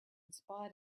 spite